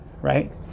right